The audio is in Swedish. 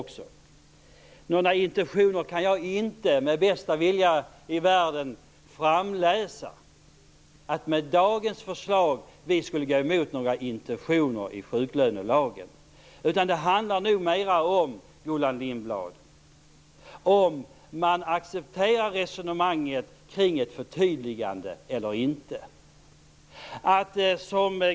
Jag kan inte med den bästa vilja i världen utläsa att vi med dagens förslag skulle gå emot några intentioner i sjuklönelagen. Det handlar nog mera om huruvida man accepterar resonemanget om att vi gör ett förtydligande, Gullan Lindblad.